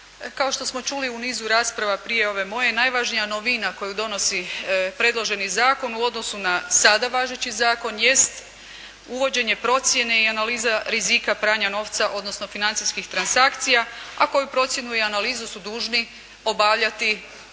Kao što smo čuli u nizu rasprava prije ove moje, najvažnija novina koju donosi predloženi zakon u odnosu na sada važeći zakon jest uvođenje procjene i analize rizika pranja novca, odnosno financijskih transakcija, a koju procjenu i analizu su dužni obavljati sami